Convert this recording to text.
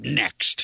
next